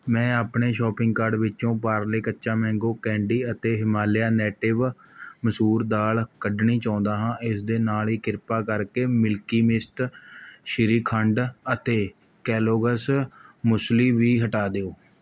ਮੈਂ ਆਪਣੇ shopping card ਵਿੱਚੋਂ ਪਾਰਲੇ ਕੱਚਾ ਮੈਂਗੋ ਕੈਂਡੀ ਅਤੇ ਹਿਮਾਲਿਆ ਨੇਟਿਵ ਮਸੂਰ ਦਾਲ਼ ਕੱਢਣੀ ਚਾਹੁੰਦਾ ਹਾਂ ਇਸ ਦੇ ਨਾਲ਼ ਹੀ ਕਿਰਪਾ ਕਰਕੇ ਮਿਲਕੀ ਮਿਸਟ ਸ਼੍ਰੀ ਖੰਡ ਅਤੇ ਕੈਲੋਗਸ ਮੁਸਲੀ ਵੀ ਹਟਾ ਦਿਓ